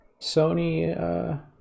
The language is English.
Sony